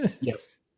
Yes